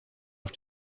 auf